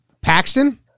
Paxton